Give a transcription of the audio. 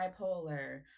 bipolar